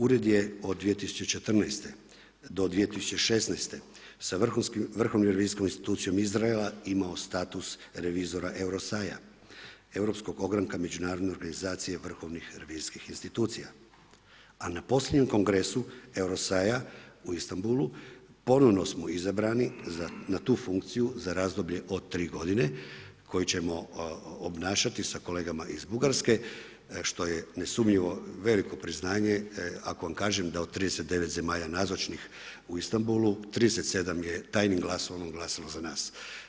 Ured je od 2014. do 2016. sa vrhovnom revizijskom institucijom Izraela imao status revizora EUROSAI-a, europskog ogranka međunarodne organizacije vrhovnih revizijskih institucija, a na posljednjem kongresu EUROSAI-a u Istanbulu ponovno smo izabrani na tu funkciju za razdoblje od 3 godine koju ćemo obnašati sa kolegama iz Bugarske, što je nesumnjivo veliko priznanje ako vam kažem da od 39 zemalja nazočnih u Istanbulu, 37 je tajnim glasovanjem glasalo za nas.